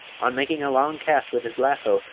on making a long cast with his lasso,